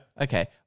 Okay